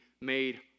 made